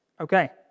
Okay